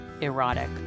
erotic